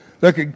Look